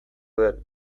den